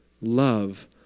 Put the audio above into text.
love